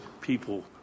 people